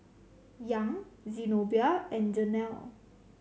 Young Zenobia and Jenelle